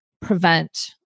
prevent